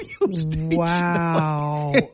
Wow